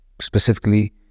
specifically